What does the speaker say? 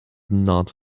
not